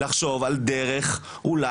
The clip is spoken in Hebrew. בוא אבקש לחשוב על דרך אחרת,